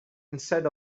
instead